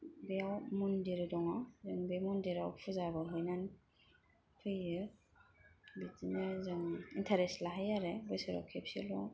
बेयाव मन्दिर दङ जों बे मन्दिराव फुजाबो हैनानै हैयो बिदिनो जों इन्थारेस लाहैयो आरो बोसोराव खेबसेल'